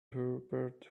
herbert